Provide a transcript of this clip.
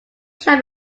shall